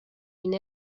une